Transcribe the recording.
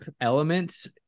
elements